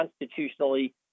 constitutionally